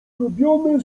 zrobione